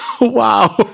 Wow